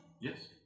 Yes